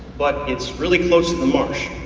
but it's really close to the marsh.